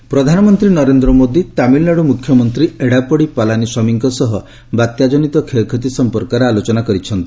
PM CM talk ପ୍ରଧାନମନ୍ତ୍ରୀ ନରେନ୍ଦ୍ର ମୋଦି ତାମିଲ୍ନାଡୁ ମୁଖ୍ୟମନ୍ତ୍ରୀ ଏଡାପଡ଼ି ପାଲାନୀସ୍ୱାମୀଙ୍କ ସହ ବାତ୍ୟାଜନିତ କ୍ଷୟକ୍ଷତି ସମ୍ପର୍କରେ ଆଲୋଚନା କରିଛନ୍ତି